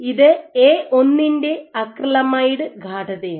ഇത് എ 1 ന്റെ അക്രിലാമൈഡ് ഗാഡതയാണ്